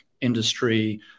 industry